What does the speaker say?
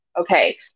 Okay